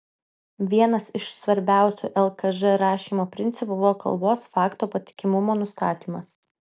vienas iš svarbiausių lkž rašymo principų buvo kalbos fakto patikimumo nustatymas